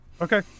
Okay